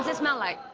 ah smell like.